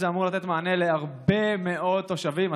זה אמור לתת מענה להרבה מאוד תושבים,